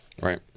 Right